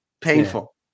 painful